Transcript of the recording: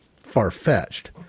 far-fetched